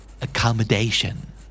Accommodation